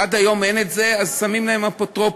עד היום אין את זה, אז שמים להם אפוטרופוס.